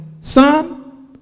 Son